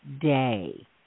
day